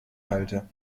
halte